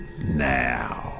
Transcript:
Now